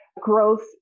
growth